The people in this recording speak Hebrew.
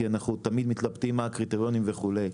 כי אנחנו תמיד מתלבטים מה הקריטריונים וכולי.